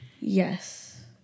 Yes